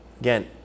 Again